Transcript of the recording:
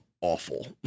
awful